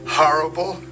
horrible